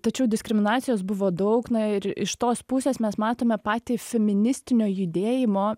tačiau diskriminacijos buvo daug na ir iš tos pusės mes matome patį feministinio judėjimo